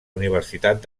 universitat